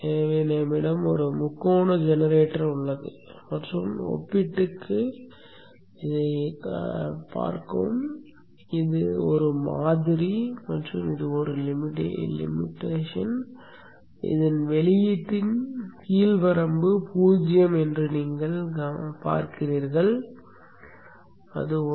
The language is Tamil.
எனவே நம்மிடம் ஒரு முக்கோண ஜெனரேட்டர் உள்ளது மற்றும் ஒப்பிட்டுப் பார்க்கவும் இது மாதிரி மற்றும் வரம்பாகும் இதன் வெளியீட்டின் கீழ் வரம்பு 0 என்று நீங்கள் பார்க்கிறீர்கள் 1